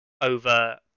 over